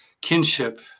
kinship